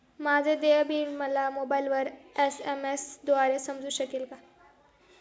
माझे देय बिल मला मोबाइलवर एस.एम.एस द्वारे समजू शकेल का?